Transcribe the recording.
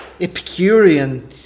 epicurean